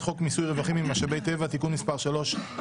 חוק מיסוי רווחים ממשאבי טבע (תיקון מס' 3),